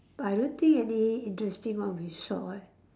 I don't think any interesting one we saw eh